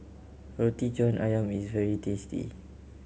Roti John Ayam is very tasty